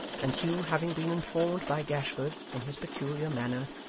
and hugh having been informed by gashford, in his peculiar manner,